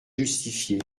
justifiée